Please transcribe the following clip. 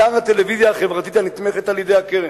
אתר הטלוויזיה החברתית הנתמכת על-ידי הקרן: